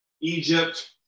Egypt